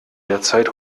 derzeit